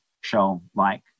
show-like